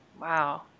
Wow